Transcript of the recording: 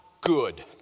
good